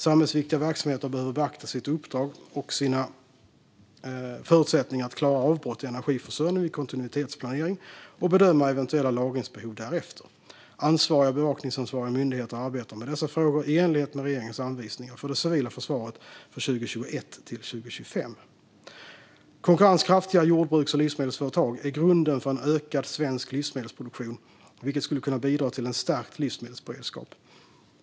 Samhällsviktiga verksamheter behöver beakta sitt uppdrag och sina förutsättningar att klara avbrott i energiförsörjning vid kontinuitetsplanering och bedöma eventuella lagringsbehov därefter. Ansvariga bevakningsansvariga myndigheter arbetar med dessa frågor i enlighet med regeringens anvisningar för det civila försvaret för 2021-2025. Konkurrenskraftiga jordbruks och livsmedelsföretag är grunden för en ökad svensk livsmedelsproduktion, vilket skulle kunna bidra till en stärkt livsmedelsberedskap.